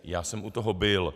Já jsem u toho byl.